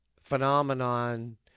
phenomenon